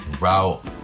route